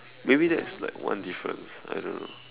maybe that's like one difference I don't know